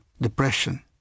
depression